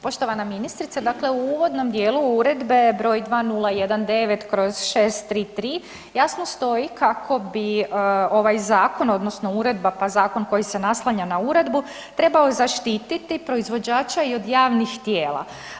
Poštovana ministrice, dakle u uvodnom dijelu Uredbe br. 2019/633 jasno stoji kako bi ovaj zakon odnosno uredba, pa zakon koji se naslanja na uredbu, trebao zaštititi proizvođača i od javnih tijela.